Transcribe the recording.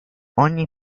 ogni